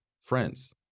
friends